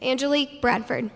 and julie bradford